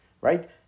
right